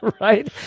Right